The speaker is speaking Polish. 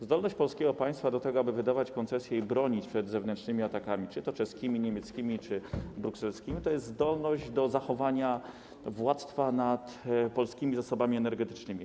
Zdolność polskiego państwa do tego, aby wydawać koncesje i bronić przed zewnętrznymi atakami czy to czeskimi, niemieckimi czy brukselskimi, to jest zdolność do zachowania władztwa nad polskimi zasobami energetycznymi.